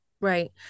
Right